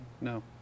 no